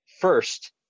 first